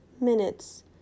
minutes